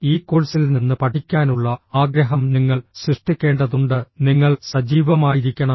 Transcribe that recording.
ഈ കോഴ്സിൽ നിന്ന് പഠിക്കാനുള്ള ആഗ്രഹം നിങ്ങൾ സൃഷ്ടിക്കേണ്ടതുണ്ട് നിങ്ങൾ സജീവമായിരിക്കണം